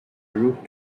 route